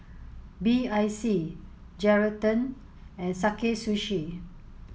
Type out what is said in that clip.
B I C Geraldton and Sakae Sushi